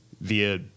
via